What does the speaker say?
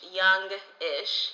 youngish